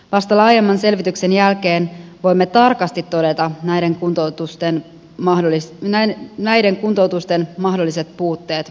vasta laajemman selvityksen jälkeen voimme tarkasti todeta näiden kuntoutusten mahdolliset puutteet ja vahvuudet